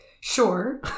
Sure